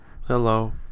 Hello